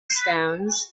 stones